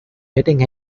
hitting